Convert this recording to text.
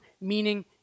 meaning